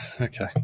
okay